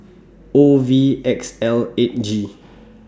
O V X L eight G